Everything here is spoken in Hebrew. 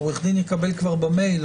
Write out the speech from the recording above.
עורך הדין יקבל במייל.